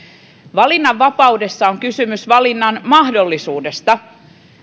valinnanvapaudessa on kysymys valinnanmahdollisuudesta